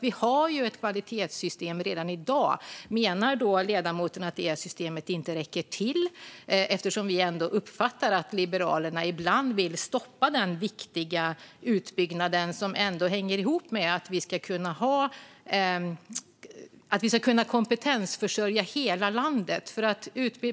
Vi har alltså ett kvalitetssystem redan i dag. Menar ledamoten att det systemet inte räcker till? Vi uppfattar det som att Liberalerna ibland vill stoppa den viktiga utbyggnaden, som hänger ihop med att vi ska kunna kompetensförsörja hela landet.